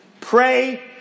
Pray